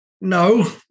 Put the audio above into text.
No